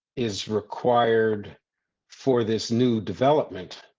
is required for this new development,